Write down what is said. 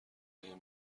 بهم